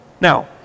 Now